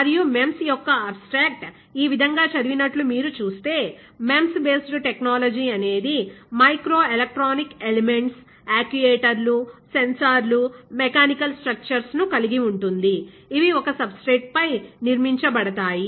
మరియు MEMS యొక్క abstract ఈ విధంగా చదివినట్లు మీరు చూస్తే MEMS బేస్డ్ టెక్నాలజీ అనేది మైక్రో ఎలెక్ట్రానిక్ ఎలిమెంట్స్ యాక్యుయేటర్లు సెన్సార్లు మెకానికల్ స్ట్రక్చర్స్ ను కలిగి ఉంటుంది ఇవి ఒక సబ్స్ట్రేట్ పై నిర్మించబడతాయి